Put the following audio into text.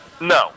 No